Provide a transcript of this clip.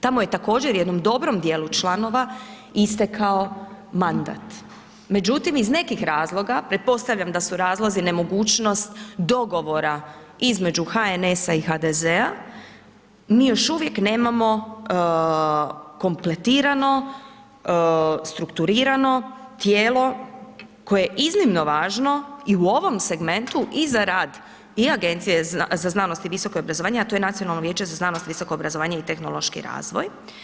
Tamo je također jednom dobrom djelu članova istekao mandat međutim iz nekih razloga, pretpostavljam da su razlozi nemogućnost dogovora između HNS-a i HDZ-a, mi još uvijek nekako kompletirano, strukturirano tijelo koje je iznimno važno i u ovom segmentu i za rad i Agencije za znanost i visoko obrazovanje a to je Nacionalno vijeće za znanost, visoko obrazovanje i tehnološki razvoj.